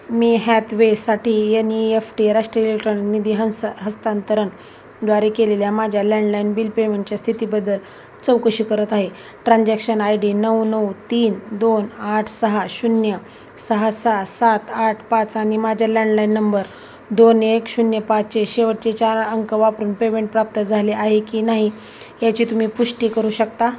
मी हॅथवेसाठी N E F T राष्ट्रीय इलेट्रॉनि निधी हंसा हस्तांतरण द्वारे केलेल्या माझ्या लँडलाईन बिल पेमेंटच्या स्थितीबद्दल चौकशी करत आहे ट्रान्झॅक्शन आय डी नऊ नऊ तीन दोन आठ सहा शून्य सहा सहा सात आठ पाच आणि माझ्या लँडलाईन नंबर दोन एक शून्य पाचचे शेवटचे चार अंक वापरून पेमेंट प्राप्त झाले आहे की नाही याची तुम्ही पुष्टी करू शकता